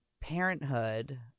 parenthood